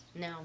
no